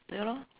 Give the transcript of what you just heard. ya lor